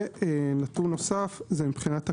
ומבחינת הכמויות,